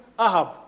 Ahab